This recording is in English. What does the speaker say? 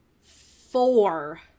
four